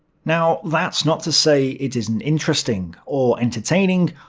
now that's not to say it isn't interesting, or entertaining,